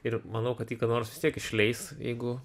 ir manau kad tai nors vis tiek išleis jeigu